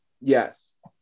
Yes